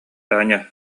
таня